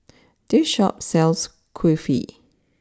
this Shop sells Kulfi